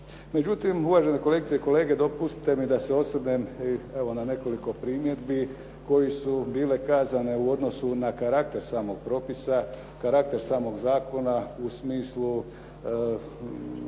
Međutim, uvažene kolegice i kolege, dopustite mi da se osvrnem i evo na nekoliko primjedbi koje su bile kazane u odnosu na karakter samog propisa, karakter samog zakona u smislu